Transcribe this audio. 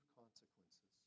consequences